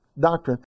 doctrine